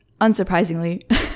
unsurprisingly